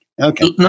okay